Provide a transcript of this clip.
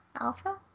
Alpha